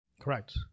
Correct